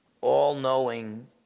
all-knowing